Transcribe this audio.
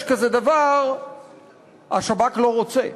יש כזה דבר "השב"כ לא רוצה".